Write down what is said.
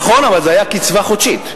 נכון, אבל זה היה קצבה חודשית.